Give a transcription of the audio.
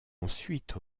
ensuite